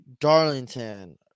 Darlington